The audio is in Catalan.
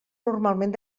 normalment